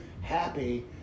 happy